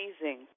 Amazing